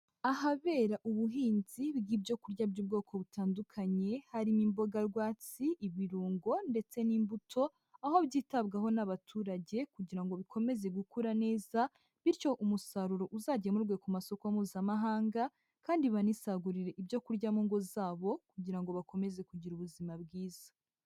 Ahabera ubuhinzi bw'ibyo kurya by'ubwoko butandukanye: harimo imboga rwatsi, ibirungo ndetse n'imbuto, aho byitabwaho n'abaturage kugira ngo bikomeze gukura neza, bityo umusaruro uzagemurwe ku masoko mpuzamahanga, kandi banisagurire ibyo kurya mu ngo zabo kugira ngo bakomeze kugira ubuzima bwiza.